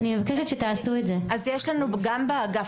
אני מבקשת שתעשו את זה.) יש לנו גם באגף.